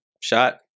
shot